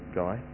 guy